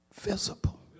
visible